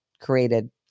created